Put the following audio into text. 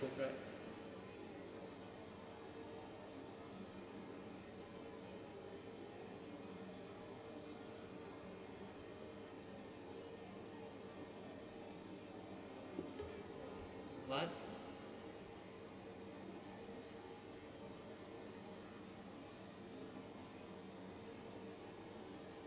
food right what